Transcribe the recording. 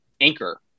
anchor